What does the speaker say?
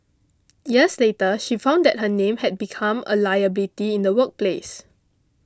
years later she found that her name had become a liability in the workplace